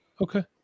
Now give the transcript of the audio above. Okay